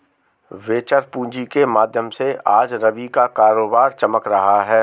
venture पूँजी के माध्यम से आज रवि का कारोबार चमक रहा है